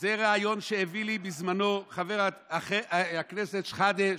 זה רעיון שהביא לי בזמנו חבר הכנסת שחאדה,